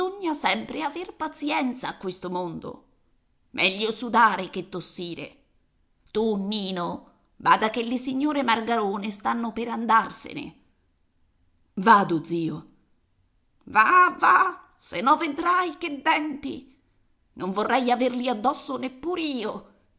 sempre aver pazienza a questo mondo meglio sudare che tossire tu nino bada che le signore margarone stanno per andarsene vado zio va va se no vedrai che denti non vorrei averli addosso neppur io